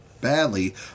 badly